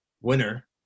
winner